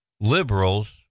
liberals